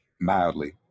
mildly